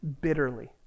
bitterly